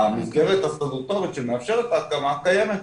המסגרת הסטטוטורית שמאפשרת את ההקמה קיימת.